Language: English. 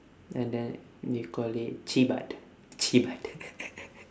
and then we call it cheebat cheebat